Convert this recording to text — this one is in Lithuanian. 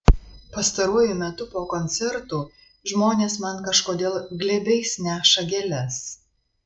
pastaruoju metu po koncertų žmonės man kažkodėl glėbiais neša gėles